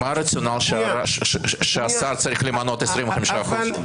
מה הרציונל שהשר צריך למנות 25%?